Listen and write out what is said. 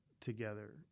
together